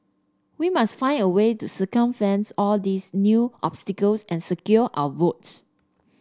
we must find a way to circumvents all these new obstacles and secure our votes